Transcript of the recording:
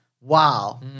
Wow